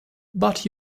but